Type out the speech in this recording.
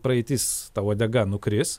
praeitis ta uodega nukris